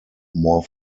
more